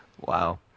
wow